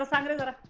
hundred and